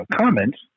comments